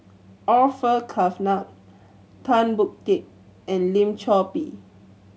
Orfeur Cavenagh Tan Boon Teik and Lim Chor Pee